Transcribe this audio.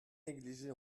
negligée